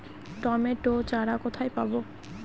Tomato চারা কোথায় পাবো?